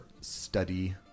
study